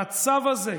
המצב הזה,